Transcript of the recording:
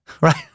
right